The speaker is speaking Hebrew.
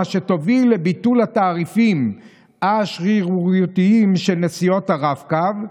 שתוביל לביטול התעריפים השרירותיים של נסיעות הרב-קו,